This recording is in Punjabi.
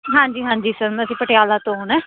ਹਾਂਜੀ ਹਾਂਜੀ ਸਰ ਮੈਂ ਅਸੀਂ ਪਟਿਆਲਾ ਤੋਂ ਆਉਣਾ